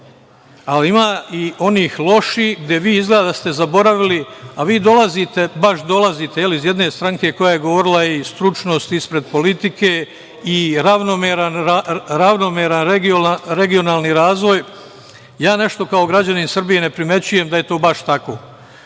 ali ima i onih loših, gde vi izgleda da ste zaboravili, a vi dolazite, baš dolazite, jel, iz jedne stranke koja je govorila – stručnost ispred politike i ravnomeran regionalan razvoj. Kao građanin Srbije, ja nešto ne primećujem da je to baš